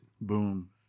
Boom